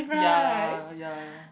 ya ya ya